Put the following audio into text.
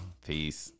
peace